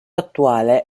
attuale